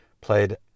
Played